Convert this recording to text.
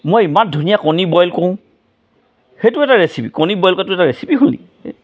মই ইমান ধুনীয়া কণী বইল কৰোঁ সেইটো এটা ৰেচিপি কণী বইল কৰাটো এটা ৰেচিপি হ'ল নেকি হে